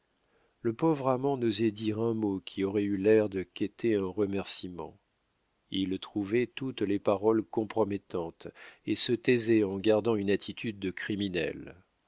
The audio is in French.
le pauvre amant n'osait dire un mot qui aurait eu l'air de quêter un remercîment il trouvait toutes les paroles compromettantes et se taisait en gardant une attitude de criminel